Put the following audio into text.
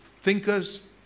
thinkers